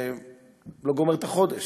שלא גומר את החודש,